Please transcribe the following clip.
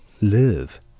live